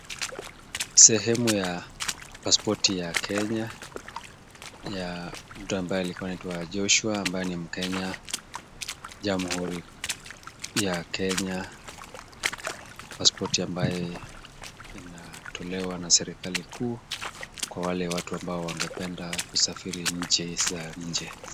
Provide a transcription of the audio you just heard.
Sehemu ya pasipoti ya Kenya ya mtu ambaye alikuwa anaitwa Joshua, ambaye ni mkenya Jamhuri ya Kenya. Pasipoti ambaye inatolewa na serikali kuu, kwa wale watu ambao wangependa kusafiri nchi za nje.